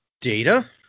Data